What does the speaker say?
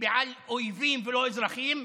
כבאויבים ולא אזרחים.